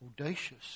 audacious